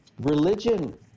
religion